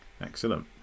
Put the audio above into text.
Excellent